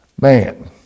man